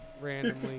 randomly